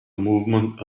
movement